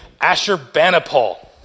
Ashurbanipal